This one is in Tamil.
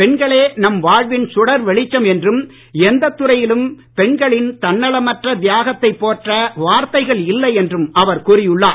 பெண்களே நம் வாழ்வின் சுடர் வெளிச்சம் என்றும் எந்த துறையிலும் பெண்களின் தன்னலமற்ற தியாகத்தைப் போற்ற வார்த்தைகள் இல்லை என்றும் அவர் கூறியுள்ளார்